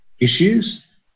issues